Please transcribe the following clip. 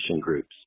groups